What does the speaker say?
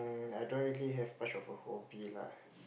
I don't really have much of a hobby lah